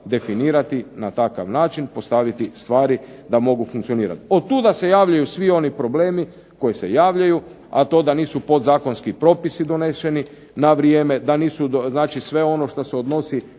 na takav način postaviti stvari da mogu funkcionirati. Otuda se javljaju svi oni problemi koji se javljaju, a to je da nisu podzakonski propisi doneseni na vrijeme, sve ono što se odnosi